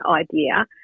idea